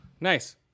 Nice